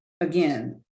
again